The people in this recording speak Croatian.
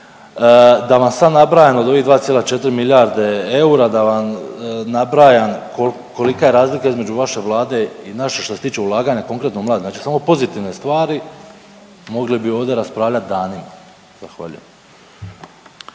Da vam sad nabrajam od ovih 2,4 milijarde eura da vam nabrajam kolika je razlika između vaše Vlade i naše što se tiče ulaganja konkretno u mlade, znači samo pozitivne stvari mogli bi ovdje raspravljat danima. Zahvaljujem.